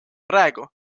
praegu